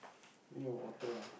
eh got water ah